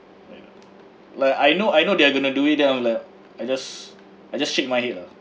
i know like I know I know they're going to do it then I'm like I just I just shake my head lah